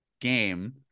game